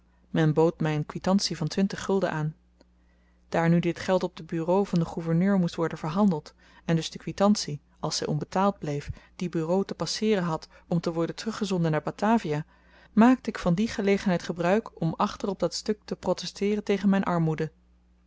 my een kwitantie van twintig gulden aan daar nu dit geld op de bureaux van den gouverneur moest worden verhandeld en dus de kwitantie als zy onbetaald bleef die bureaux te passeeren had om te worden teruggezonden naar batavia maakte ik van die gelegenheid gebruik om achter op dat stuk te protesteeren tegen myn armoede